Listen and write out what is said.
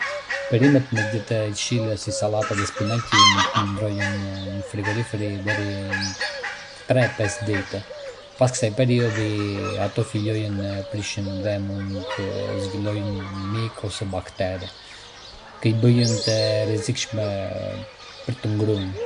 Një kanaçe me salcë pumdora e pa hapur mund të ruhet në dollap për rreth një-di vjet, me kusht që të jetë në një vend të freskët dhe të thatë. Sidoqoftë, nëse kanaçja duket e fryrë ose e dëmtuar, mund të jetë e rrezikshme për t'u konsumuar edhe më herët.